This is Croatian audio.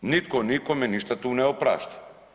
Nitko nikome ništa tu ne oprašta.